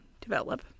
develop